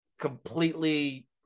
completely